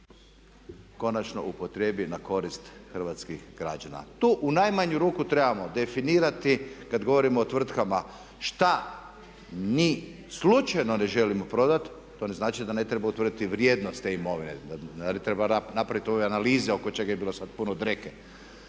konačno upotrijebi na korist hrvatskih građana. Tu u najmanju ruku trebao definirati kad govorimo o tvrtkama šta ni slučajno ne želimo prodati, to ne znači da ne treba utvrditi vrijednost te imovine, da ne treba napraviti ove analize oko čega je bilo sad puno dreke.